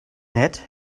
nett